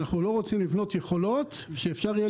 אנחנו לא רוצים לבנות יכולות שאפשר יהיה